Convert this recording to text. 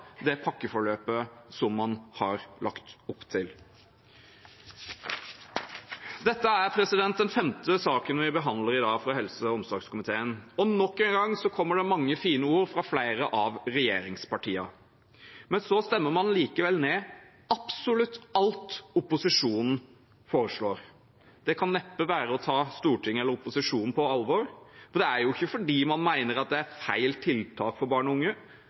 Dette er den femte saken vi behandler i dag fra helse- og omsorgskomiteen, og nok en gang kommer det mange fine ord fra flere av regjeringspartiene. Men så stemmer man likevel ned absolutt alt opposisjonen foreslår. Det kan neppe være å ta Stortinget eller opposisjonen på alvor. Det er ikke fordi man mener at det er feil tiltak for barn og unge,